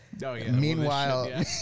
Meanwhile